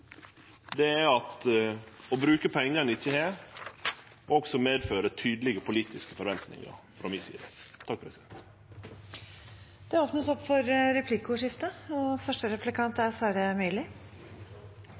vesentleg forsterka, at å bruke pengar ein ikkje har, også medfører tydelege politiske forventningar frå mi side. Det blir replikkordskifte. Jeg står her med et oppslag fra nrk.no i går, og